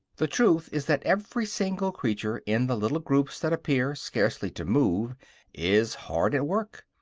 the truth is that every single creature in the little groups that appear scarcely to move is hard at work,